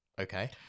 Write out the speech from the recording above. Okay